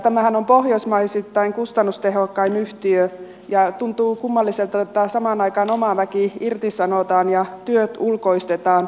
tämähän on pohjoismaisittain kustannustehokkain yhtiö ja tuntuu kummalliselta että samaan aikaan oma väki irtisanotaan ja työt ulkoistetaan